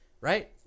Right